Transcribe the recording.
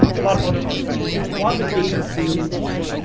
a lot of other artifacts too, a lot of it dating to the